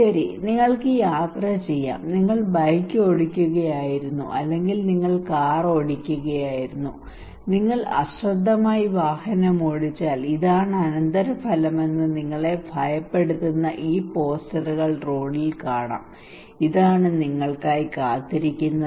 ശരി നിങ്ങൾക്ക് യാത്ര ചെയ്യാം നിങ്ങൾ ബൈക്ക് ഓടിക്കുകയായിരുന്നു അല്ലെങ്കിൽ നിങ്ങൾ കാറിൽ ഓടിക്കുകയായിരുന്നു നിങ്ങൾ അശ്രദ്ധമായി വാഹനമോടിച്ചാൽ ഇതാണ് അനന്തരഫലമെന്ന് നിങ്ങളെ ഭയപ്പെടുത്തുന്ന ഈ പോസ്റ്ററുകൾ റോഡുകളിൽ കാണാം ഇതാണ് നിങ്ങൾക്കായി കാത്തിരിക്കുന്നത്